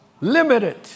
Limited